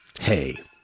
Hey